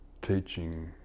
teaching